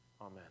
Amen